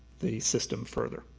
the system further.